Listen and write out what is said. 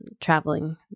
traveling